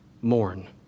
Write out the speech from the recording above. mourn